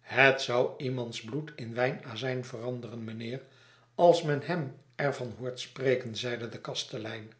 het zou iemands bloed in wijnazijn veranderen mynheer als men hem er van hoort spreken zeide de kastelein